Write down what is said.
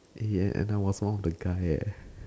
ya and I was one of the guy eh